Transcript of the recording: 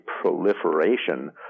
proliferation